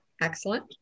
Excellent